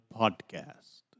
podcast